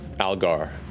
Algar